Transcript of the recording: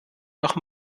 noch